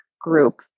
group